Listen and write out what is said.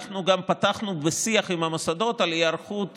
אנחנו גם פתחנו בשיח עם המוסדות על היערכות